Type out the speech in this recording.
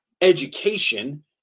education